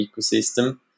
ecosystem